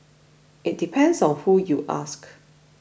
it depends on who you ask